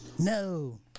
No